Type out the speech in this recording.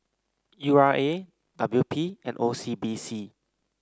U R A W P and O C B C